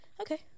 okay